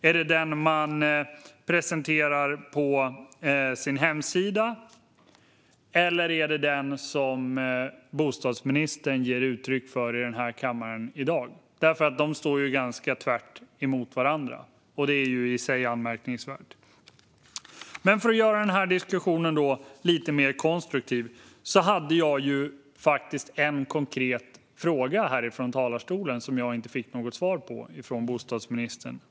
Är det den man presenterar på sin hemsida, eller är det den som bostadsministern ger uttryck för i den här kammaren i dag? De står ju ganska tvärt emot varandra, och det är i sig anmärkningsvärt. För att göra den här diskussionen lite mer konstruktiv hade jag faktiskt en konkret fråga här från talarstolen som jag inte fick något svar på från bostadsministern.